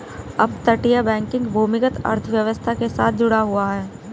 अपतटीय बैंकिंग भूमिगत अर्थव्यवस्था के साथ जुड़ा हुआ है